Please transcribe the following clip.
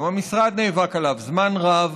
גם המשרד נאבק עליו זמן רב.